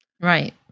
Right